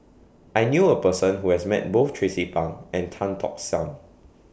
I knew A Person Who has Met Both Tracie Pang and Tan Tock San